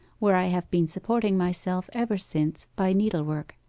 where i have been supporting myself ever since by needlework,